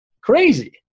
crazy